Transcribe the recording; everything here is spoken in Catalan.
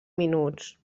minuts